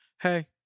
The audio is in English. hey